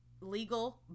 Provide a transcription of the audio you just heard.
legal